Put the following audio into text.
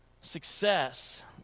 Success